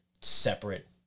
separate